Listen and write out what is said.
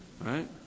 right